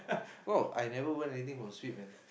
oh I never won anything from Sweep man